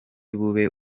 bube